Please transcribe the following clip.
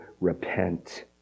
repent